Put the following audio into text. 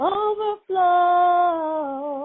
overflow